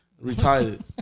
Retired